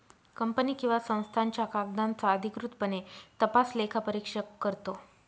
company किंवा संस्थांच्या कागदांचा अधिकृतपणे तपास लेखापरीक्षक करतो